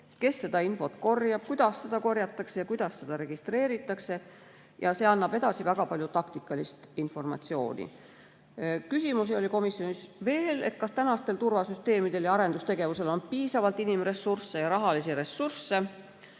kes infot korjab, kuidas seda korjatakse ja kuidas seda registreeritakse. See annab väga palju taktikalist informatsiooni. Küsimusi oli komisjonis veel. Kas tänastel turvasüsteemidel ja arendustegevusel on piisavalt inimressursse ja rahalisi ressursse?